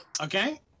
Okay